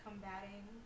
Combating